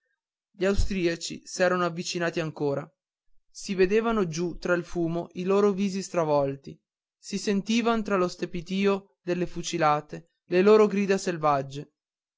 gli austriaci s'erano avvicinati ancora si vedevano giù tra il fumo i loro visi stravolti si sentiva tra lo strepito delle fucilate le loro grida selvagge